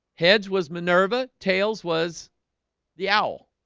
hedge was minerva tails was the owl.